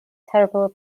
terrible